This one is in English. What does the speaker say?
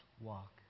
walk